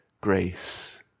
grace